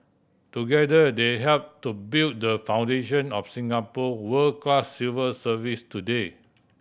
together they help to build the foundation of Singapore world class civil service today